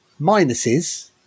minuses